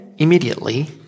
Immediately